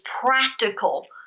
practical